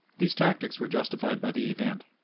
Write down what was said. these tactics were justified by the event.